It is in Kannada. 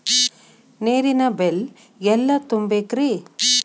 ನೇರಿನ ಬಿಲ್ ಎಲ್ಲ ತುಂಬೇಕ್ರಿ?